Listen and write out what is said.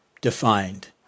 defined